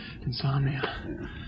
Insomnia